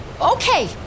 Okay